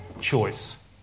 choice